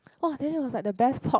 !woah! then it was like the best pork